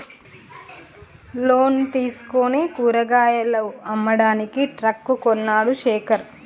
loan తీసుకుని కూరగాయలు అమ్మడానికి ట్రక్ కొన్నడు శేఖర్